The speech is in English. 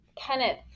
Kenneth